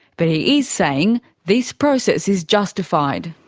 but he is saying this process is justified.